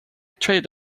trade